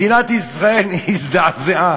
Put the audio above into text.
מדינת ישראל הזדעזעה,